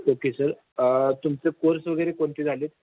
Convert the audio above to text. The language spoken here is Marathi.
ओके सर तुमचं कोर्स वगैरे कोणते झालेत